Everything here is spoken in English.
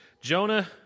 Jonah